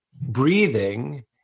breathing